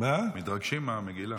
מתרגשים מהמגילה.